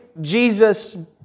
Jesus